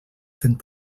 fent